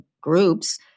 groups